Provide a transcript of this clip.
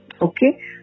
Okay